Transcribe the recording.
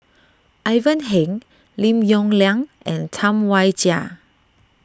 Ivan Heng Lim Yong Liang and Tam Wai Jia